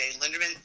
Linderman